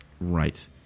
Right